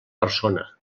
persona